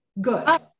good